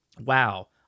Wow